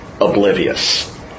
oblivious